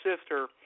sister